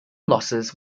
losses